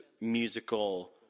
musical